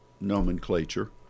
nomenclature